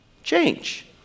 change